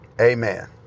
Amen